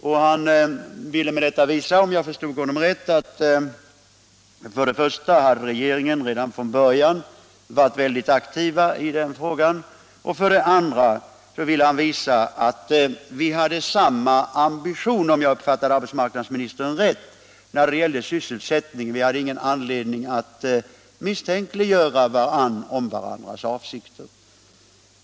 Med detta ville han visa, om jag uppfattade rätt, för det första att regeringen redan från början hade varit väldigt aktiv i den här frågan, och för det andra att vi hade samma ambition när det gällde sysselsättningen; vi hade ingen anledning att misstänkliggöra varandras avsikter.